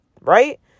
Right